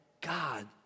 God